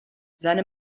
seine